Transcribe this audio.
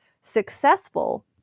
successful